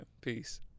Peace